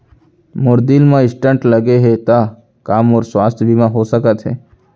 मोर दिल मा स्टन्ट लगे हे ता का मोर स्वास्थ बीमा हो सकत हे?